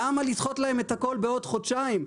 למה לדחות להם את הכול בעוד חודשיים?